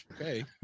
okay